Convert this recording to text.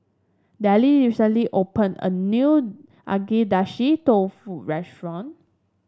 Dellie recently opened a new Agedashi Dofu restaurant